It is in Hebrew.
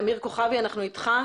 אמיר כוכבי אנחנו איתך,